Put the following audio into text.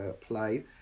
played